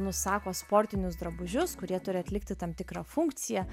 nusako sportinius drabužius kurie turi atlikti tam tikrą funkciją